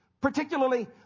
particularly